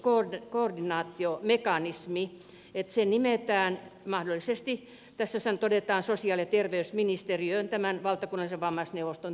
tässä todetaan että se nimetään mahdollisesti sosiaali ja terveysministeriöön tämän valtakunnallisen vammaisneuvoston tilalle